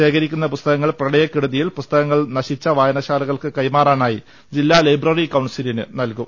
ശേഖ രിക്കുന്ന പുസ്തകങ്ങൾ പ്രളയക്കെടുതിയിൽ പുസ്തകങ്ങൾ നശിച്ച വാ യനശാലകൾക്കു നൽകാനായി ജില്ലാ ലൈബ്രറി കൌൺസിലിന് കൈമാ റും